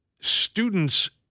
students